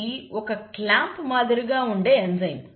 ఇది ఒక క్లాంప్ మాదిరిగా ఉండే ఎంజైమ్